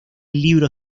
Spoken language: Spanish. libro